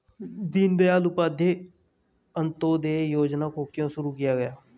दीनदयाल उपाध्याय अंत्योदय योजना को क्यों शुरू किया गया?